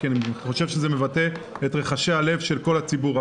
כי אני חושב שזה מבטא את רחשי הלב של כל הציבור.